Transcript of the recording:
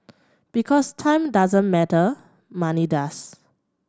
because time doesn't matter money does